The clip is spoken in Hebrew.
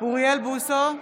אוריאל בוסו,